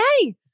hey